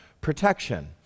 protection